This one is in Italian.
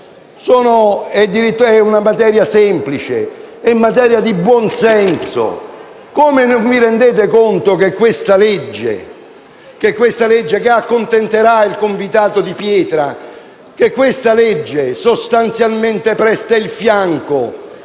È materia semplice, è materia di buon senso. Come non vi rendete conto che questa legge, che accontenterà il convitato di pietra, sostanzialmente presta il fianco